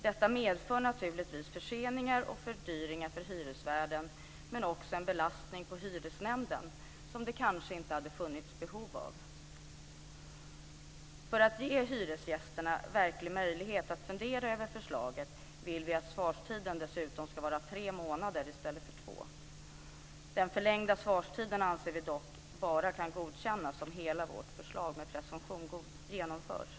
Detta medför naturligtvis förseningar och fördyringar för hyresvärden men också en belastning för hyresnämnden som det kanske inte hade funnits behov av. För att ge hyresgästerna verkliga möjligheter att fundera över förslaget vill vi också att svarstiden ska vara tre månader i stället för två. Den förlängda svarstiden anser vi dock bara kan godkännas om hela vårt förslag med presumtion genomförs.